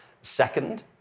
Second